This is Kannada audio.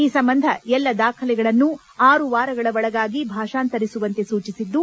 ಈ ಸಂಬಂಧ ಎಲ್ಲಾ ದಾಖಲೆಗಳನ್ನು ಆರು ವಾರಗಳ ಒಳಗಾಗಿ ಭಾಷಾಂತರಿಸುವಂತೆ ಸೂಚಿಸಿದ್ದು